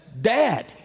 Dad